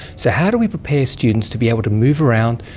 so how do we prepare students to be able to move around,